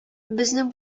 безнең